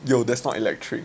yo that's not electric